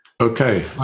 Okay